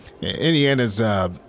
Indiana's